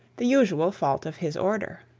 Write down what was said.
the usual fault of his order.